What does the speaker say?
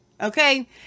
Okay